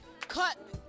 cut